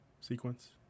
sequence